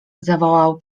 zawołał